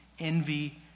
envy